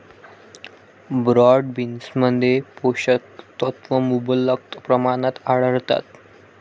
broad बीन्समध्ये पोषक तत्वे मुबलक प्रमाणात आढळतात